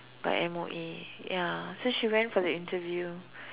by M_O_E ya so she went for the interview